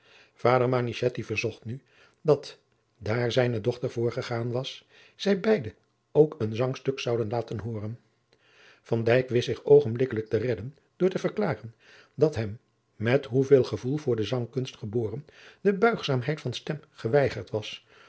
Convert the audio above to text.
manichetti verzocht nu dat daar zijne dochter voorgegaan was zij beide ook een zangstuk zouden laten hooren van dijk wist zich oogenblikkelijk te redden door te verklaren dat hem met hoeveel gevoel voor de zangkunst geboren de buigzaamheid van stem geweigerd was